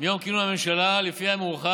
מיום כינון הממשלה, לפי המאוחר,